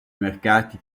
mercati